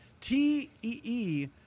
T-E-E